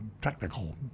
technical